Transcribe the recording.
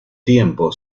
tiempo